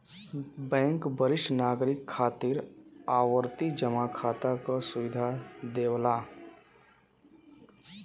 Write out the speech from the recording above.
bank वरिष्ठ नागरिक खातिर आवर्ती जमा खाता क सुविधा देवला